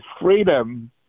freedom